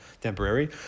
Temporary